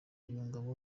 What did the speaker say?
yungamo